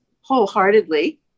wholeheartedly